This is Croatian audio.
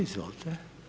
Izvolite.